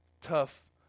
tough